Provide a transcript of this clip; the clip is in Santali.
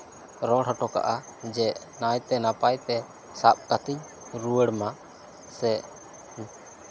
ᱨᱚᱲ ᱦᱚᱴᱚ ᱠᱟᱜᱼᱟ ᱡᱮ ᱱᱟᱭᱛᱮ ᱱᱟᱯᱟᱭᱛᱮ ᱥᱟᱵ ᱠᱟᱛᱮᱧ ᱨᱩᱣᱟᱹᱲ ᱢᱟ ᱥᱮ